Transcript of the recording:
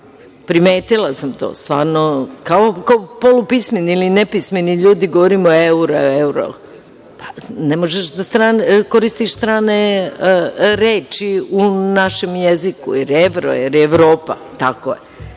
jezika. Primetila sam to, stvarno kao polupismeni ili nepismeni ljudi govorimo euro, euro. Pa ne možeš da koristiš strane reči u našem jeziku, jer evro je, jer je Evropa. Tako ne